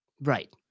Right